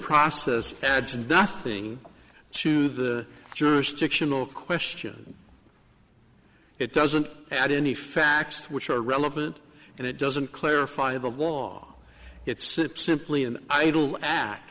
process adds nothing to the jurisdictional question it doesn't add any facts which are relevant and it doesn't clarify the law it's it simply an idle act